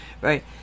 right